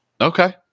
Okay